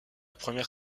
première